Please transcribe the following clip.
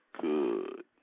good